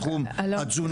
בתחום התזונה.